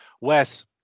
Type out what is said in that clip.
Wes